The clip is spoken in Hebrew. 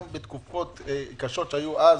גם בתקופות קשות שהיו אז.